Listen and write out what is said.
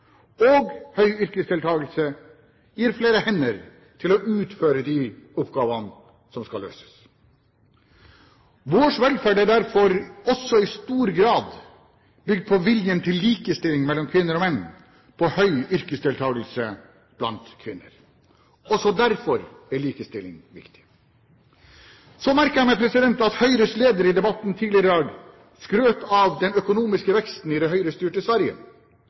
og høy yrkesdeltakelse gir flere hender til å utføre de oppgavene som skal løses. Vår velferd er derfor også i stor grad bygd på viljen til likestilling mellom kvinner og menn – på høy yrkesdeltakelse blant kvinner. Også derfor er likestilling viktig. Så merket jeg meg at Høyres leder i debatten tidligere i dag skrøt av den økonomiske veksten i det høyrestyrte Sverige.